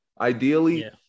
ideally